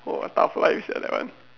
oh a tough life sia that one